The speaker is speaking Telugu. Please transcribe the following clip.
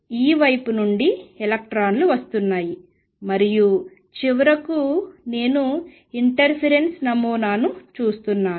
ఈ వైపు నుండి ఎలక్ట్రాన్లు వస్తున్నాయి మరియు చివరకు నేను ఇంటర్ఫిరెన్స్ నమూనాను చూస్తున్నాను